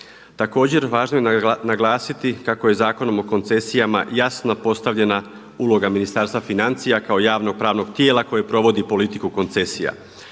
Također važno je naglasiti kako je Zakonom o koncesijama jasno postavljena uloga Ministarstva financija kao javnog pravnog tijela koje provodi politiku koncesija.